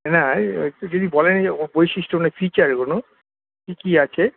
না একটু যদি বলেন যে ওর বৈশিষ্ট্য মানে ফিচারগুলো কী কী আছে